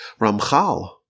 Ramchal